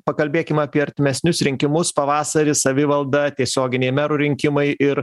pakalbėkim apie artimesnius rinkimus pavasarį savivalda tiesioginiai merų rinkimai ir